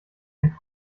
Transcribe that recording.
ein